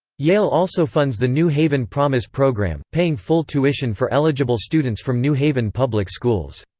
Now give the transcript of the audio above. yale also funds the new haven promise program, paying full tuition for eligible students from new haven public schools.